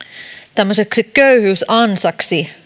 tämmöiseksi köyhyysansaksi